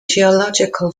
geological